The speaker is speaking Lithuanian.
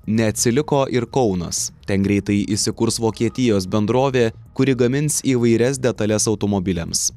neatsiliko ir kaunas ten greitai įsikurs vokietijos bendrovė kuri gamins įvairias detales automobiliams